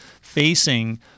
facing